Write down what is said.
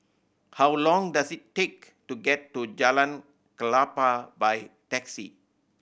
how long does it take to get to Jalan Klapa by taxi